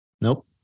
Nope